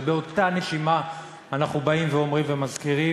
ובאותה נשימה אנחנו באים ואומרים ומזכירים,